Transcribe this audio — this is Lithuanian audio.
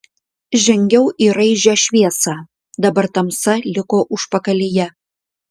žengiau į raižią šviesą dabar tamsa liko užpakalyje